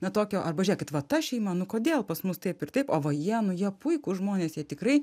na tokio arba žiekit va ta šeima nu kodėl pas mus taip ir taip o va jie nu jie puikūs žmonės jie tikrai